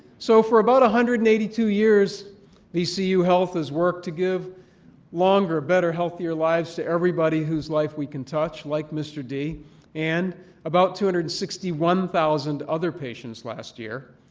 so for about one hundred and eighty two years vcu health has worked to give longer, better, healthier lives to everybody whose life we can touch, like mr. d and about two hundred and sixty one thousand other patients last year.